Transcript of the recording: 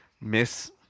Miss